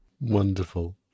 Wonderful